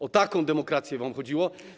O taką demokrację wam chodziło?